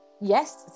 yes